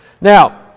now